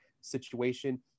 situation